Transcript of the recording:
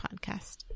podcast